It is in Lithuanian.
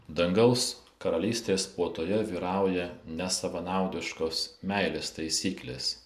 dangaus karalystės puotoje vyrauja nesavanaudiškos meilės taisyklės